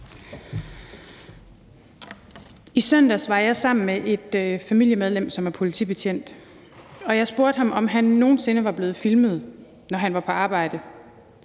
I søndags var jeg sammen med et familiemedlem, som er politibetjent, og jeg spurgte ham, om han nogen sinde var blevet filmet, når han var på arbejde.